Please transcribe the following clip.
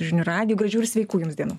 žinių radiju gražių ir sveikų jums dienų